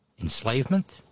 Enslavement